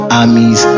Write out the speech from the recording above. armies